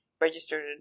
registered